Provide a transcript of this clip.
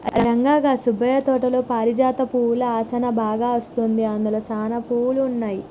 రంగా గా సుబ్బయ్య తోటలో పారిజాత పువ్వుల ఆసనా బాగా అస్తుంది, అందులో సానా పువ్వులు ఉన్నాయి